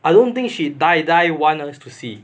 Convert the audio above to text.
I don't think she die die want us to see